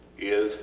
is